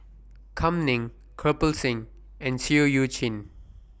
Kam Ning Kirpal Singh and Seah EU Chin